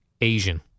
Asian